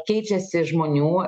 keičiasi žmonių